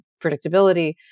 predictability